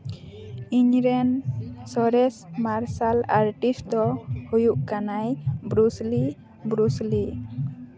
ᱤᱧᱨᱮᱱ ᱥᱚᱨᱮᱥ martial arts ᱫᱚ ᱦᱩᱭᱩᱜ ᱠᱟᱱᱟᱭ ᱵᱨᱩᱥᱞᱤ ᱵᱨᱩᱥᱞᱤ